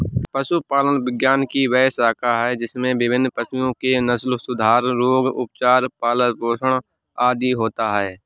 पशुपालन विज्ञान की वह शाखा है जिसमें विभिन्न पशुओं के नस्लसुधार, रोग, उपचार, पालन पोषण आदि होता है